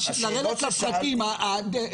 לרדת לפרטים עד,